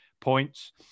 points